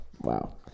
wow